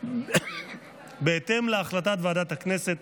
אלעזר שטרן,